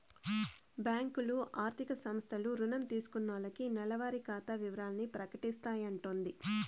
బ్యాంకులు, ఆర్థిక సంస్థలు రుణం తీసుకున్నాల్లకి నెలవారి ఖాతా ఇవరాల్ని ప్రకటిస్తాయంటోది